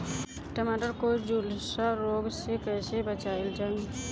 टमाटर को जुलसा रोग से कैसे बचाइल जाइ?